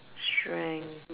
strength